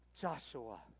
Joshua